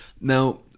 Now